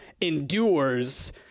endures